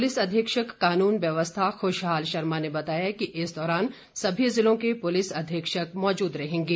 police अधीक्षक कानून व्यवस्था खुशहाल शर्मा ने बताया कि इस दौरान सभी जिलों के पुलिस अधीक्षक मौजूद रहेंगे